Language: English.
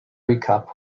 recap